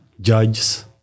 judges